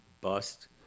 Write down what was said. bust